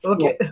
Okay